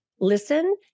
listen